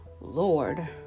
Lord